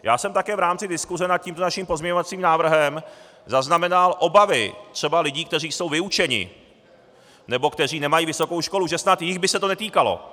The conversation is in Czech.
Já jsem také v rámci diskuse nad tímto naším pozměňovacím návrhem zaznamenal obavy lidí, kteří jsou vyučeni nebo kteří nemají vysokou školu, že snad jich by se to netýkalo.